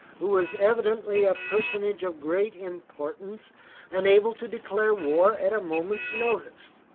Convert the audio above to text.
who was evidently a personage of great importance and able to declare war at a moment's notice.